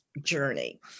journey